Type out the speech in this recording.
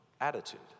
attitude